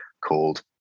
called